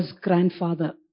grandfather